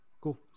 cool